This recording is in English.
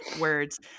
words